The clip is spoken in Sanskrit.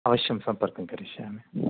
अवश्यं सम्पर्कं करिष्यामि